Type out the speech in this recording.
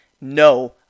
No